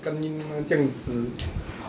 kanina 这样子